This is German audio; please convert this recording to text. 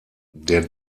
der